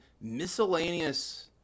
Miscellaneous